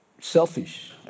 selfish